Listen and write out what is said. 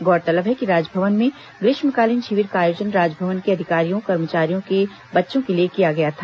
गौरतलब है कि राजभवन में ग्रीष्मकालीन शिविर का आयोजन राजभवन के अधिकारियों कर्मचारियों के बच्चों के लिए किया गया था